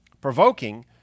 provoking